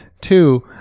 Two